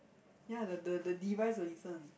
ya the the device will listen